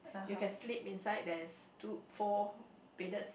you can sleep inside there's two four bedded s~